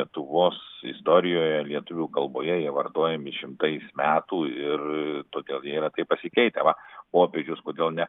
lietuvos istorijoje lietuvių kalboje jie vartojami šimtais metų ir todėl jie yra taip pasikeitę va popiežius kodėl ne